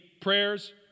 prayers